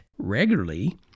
regularly